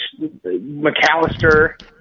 McAllister